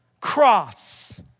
cross